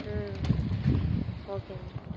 ம் okay ma'am